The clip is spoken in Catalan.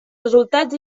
resultats